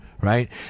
right